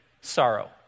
sorrow